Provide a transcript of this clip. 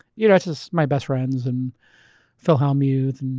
yeah that's just my best friends, and phil hellmuth,